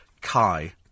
Kai